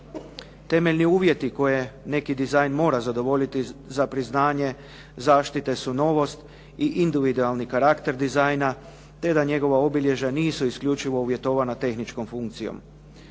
Temeljni uvjeti koje neki dizajn mora zadovoljiti za priznanje zaštite su novost i individualni karakter dizajna te da njegova obilježja nisu isključivo uvjetovana tehničkom funkcijom.